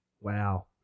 Wow